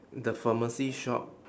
the pharmacy shop